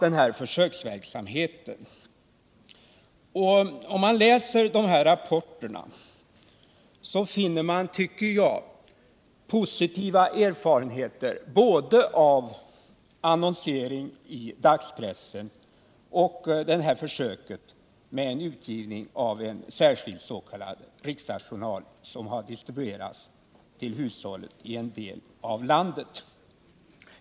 En försöksverksamhet har genomförts. Läser man rapporterna i frågan finner man, tycker jag, positiva erfarenheter av både annonseringen i dagspress och försöket med utgivning av en särskild s.k. riksdagsjournal, som distribuerats till hushållen i en del av landet.